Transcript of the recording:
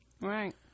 right